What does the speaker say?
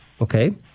Okay